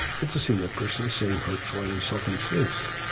interesting. that person is saying hurtful and insulting things.